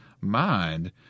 mind